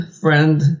friend